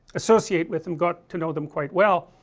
associate with them, got to know them quite well,